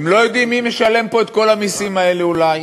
הם לא יודעים מי משלם פה את כל המסים האלה אולי,